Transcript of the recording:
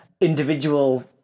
individual